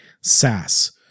Sass